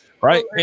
Right